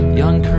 young